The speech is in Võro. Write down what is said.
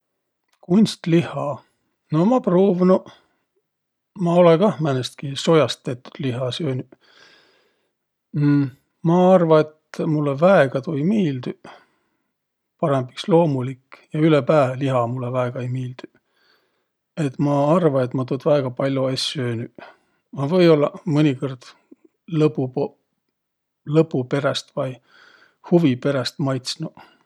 Kunstlihha, no ma pruuvnuq. Ma olõ kah määnestki sojast tettüt lihha söönüq. Ma arva, et mullõ väega tuu ei miildüq, parõmb iks loomulik. Ja ülepää liha mullõ väega ei miildüq. Et ma arva, et ma tuud väega pall'o es söönüq. A või-ollaq mõnikõrd lõbu lõbu peräst vai huvi peräst maitsnuq.